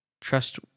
trust